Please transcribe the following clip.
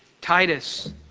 Titus